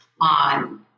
on